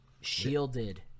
shielded